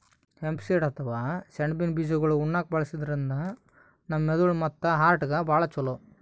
hemp seed ಅಥವಾ ಸೆಣಬಿನ್ ಬೀಜಾಗೋಳ್ ಉಣ್ಣಾಕ್ಕ್ ಬಳಸದ್ರಿನ್ದ ನಮ್ ಮೆದಳ್ ಮತ್ತ್ ಹಾರ್ಟ್ಗಾ ಭಾಳ್ ಛಲೋ